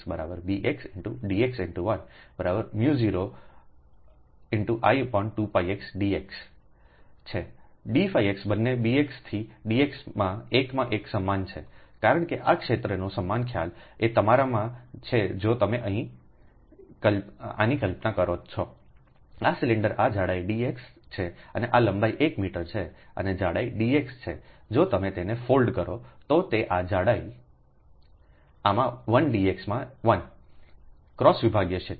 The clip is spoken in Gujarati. dxડી λ x છે dφxબંને Bx થી dx માં 1 માં 1 સમાન છે કારણ કે આ ક્ષેત્રનો સમાન ખ્યાલ આ તમારામાં છે જો તમે આની કલ્પના કરો છોઆ સિલિન્ડર આ જાડાઈ dx છે અને આ લંબાઈ 1 મીટર છે અને આ જાડાઈ dx છે જો તમે તેને ફોલ્ડ કરો તો આ જાડાઈ આમાં 1 dx માં 1 ક્રોસ વિભાગીય ક્ષેત્ર